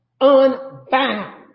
unbound